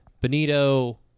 Benito